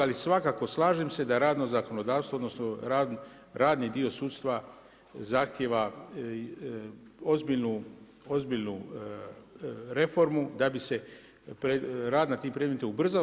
Ali svakako slažem se da radno zakonodavstvo odnosno radni dio sudstva zahtjeva ozbiljnu reformu da bi se rad na tim predmetima ubrzao.